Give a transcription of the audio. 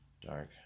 Dark